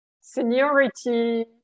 seniority